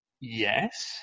Yes